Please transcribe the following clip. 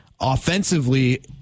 offensively